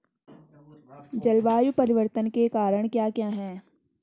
जलवायु परिवर्तन के कारण क्या क्या हैं?